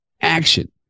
action